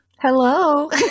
Hello